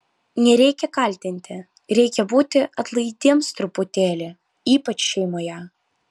nereikia kaltinti reikia būti atlaidiems truputėlį ypač šeimoje